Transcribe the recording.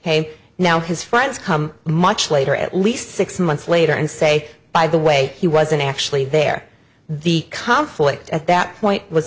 hey now his friends come much later at least six months later and say by the way he wasn't actually there the conflict at that point was a